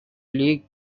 league